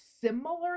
similar